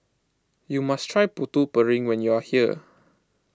you must try Putu Piring when you are here